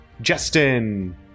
Justin